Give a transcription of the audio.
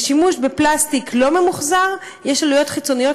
לשימוש בפלסטיק לא ממוחזר יש עלויות חיצוניות